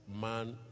man